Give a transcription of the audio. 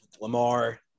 Lamar